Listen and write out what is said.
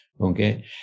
okay